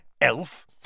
elf